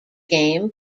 game